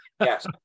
Yes